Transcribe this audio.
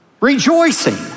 Rejoicing